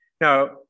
Now